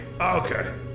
Okay